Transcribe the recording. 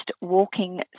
walking